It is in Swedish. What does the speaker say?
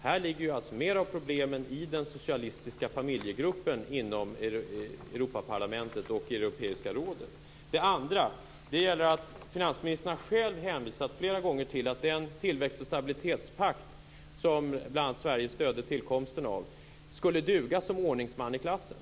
Här ligger problemen i den socialistiska familjegruppen inom Europaparlamentet och Europeiska rådet. Finansministern har själv hänvisat flera gånger till att den tillväxt och stabilitetspakt som bl.a. Sverige stödde tillkomsten av skulle duga som ordningsman i klassen.